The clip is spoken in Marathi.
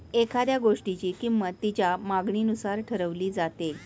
एखाद्या गोष्टीची किंमत तिच्या मागणीनुसार ठरवली जाते